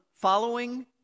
following